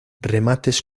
remates